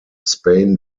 spain